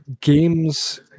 games